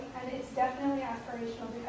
and it's definitely aspirational